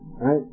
right